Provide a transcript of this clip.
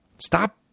Stop